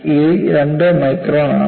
ഇത് രണ്ട് മൈക്രോൺ ആണ്